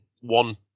one